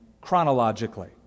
chronologically